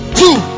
two